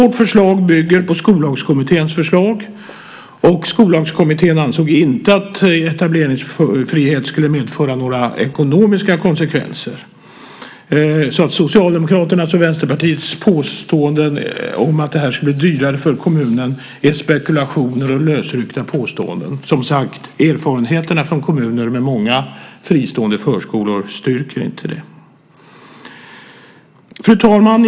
Vårt förslag bygger på Skollagskommitténs förslag, och Skollagskommittén ansåg inte att etableringsfrihet skulle medföra några ekonomiska konsekvenser. Socialdemokraternas och Vänsterpartiets påståenden om att det här skulle bli dyrare för kommunen är alltså spekulationer och lösryckta påståenden. Som sagt styrker inte erfarenheterna från kommuner med många fristående förskolor detta. Fru talman!